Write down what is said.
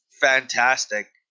fantastic